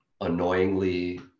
annoyingly